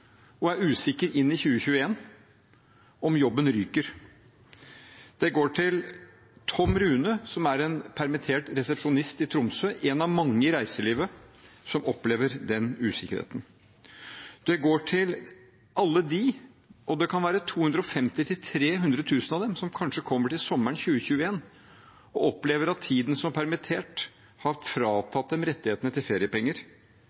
og er usikker på om jobben ryker i 2021. Den går til Tom Rune, en permittert resepsjonist i Tromsø, en av mange i reiselivet som opplever den usikkerheten. Den går til alle dem, og det kan være 250 000–300 000 av dem, som kanskje kommer til sommeren 2021 og opplever at tiden som permittert har fratatt dem rettighetene til feriepenger.